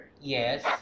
yes